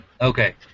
Okay